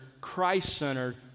Christ-centered